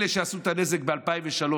אלו שעשו את הנזק ב-2003,